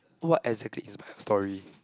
what exactly is bad story